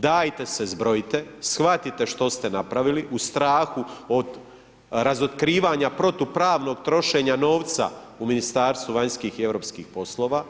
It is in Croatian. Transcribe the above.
Dajte se zbrojite, shvatite što ste napravili, u strahu od razotkrivanja protupravnog trošenja novca u Ministarstvu vanjskih i europskih poslova.